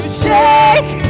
shake